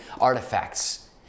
artifacts